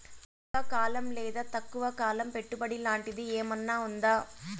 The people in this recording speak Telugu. ఎక్కువగా కాలం లేదా తక్కువ కాలం పెట్టుబడి లాంటిది ఏమన్నా ఉందా